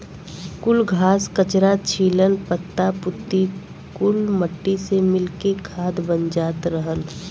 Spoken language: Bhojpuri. कुल घास, कचरा, छीलन, पत्ता पुत्ती कुल मट्टी से मिल के खाद बन जात रहल